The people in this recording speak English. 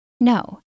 No